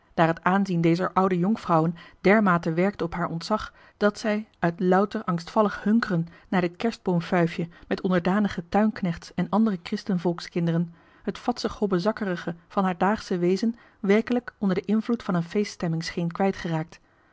daar het aanzien dezer oude jonkvrouwen dermate werkte op haar ontzag dat zij uit louter angstvallig hunkeren naar dit kerstboomfuifje met onderdanige tuinknechts en andere christenvolks kinderen het vadsig hobbezakkerige van haar daagsche wezen werkelijk onder den invloed van een feestjohan